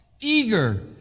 eager